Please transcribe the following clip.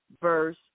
verse